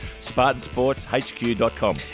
Spartansportshq.com